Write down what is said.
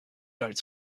don’t